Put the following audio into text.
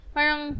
Parang